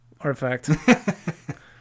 Artifact